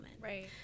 right